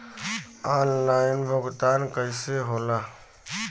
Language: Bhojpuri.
ऑनलाइन भुगतान कईसे होला?